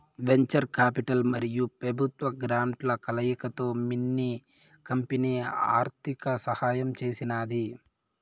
venture capital మరియు పెబుత్వ గ్రాంట్ల కలయికతో మిన్ని కంపెనీ ఆర్థిక సహాయం చేసినాది